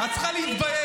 את צריכה להתבייש.